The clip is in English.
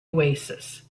oasis